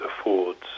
affords